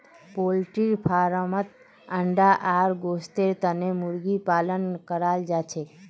poultry फार्मत अंडा आर गोस्तेर तने मुर्गी पालन कराल जाछेक